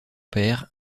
père